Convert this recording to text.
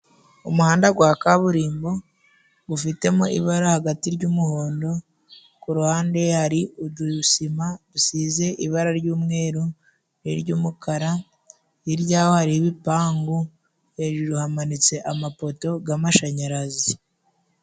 Umuhanda wa kaburimbo, ufitemo ibara hagati ry'umuhondo, ku ruhande hari udusima dusize ibara ryumweru n' iry'umukara, hirya ya ho hari ibipangu, hejuru hamanitse amapoto y'amashanyarazi.